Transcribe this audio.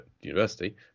university